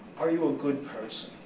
are you a good person?